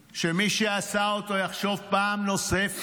שמי שעשה אותו יחשוב פעם נוספת,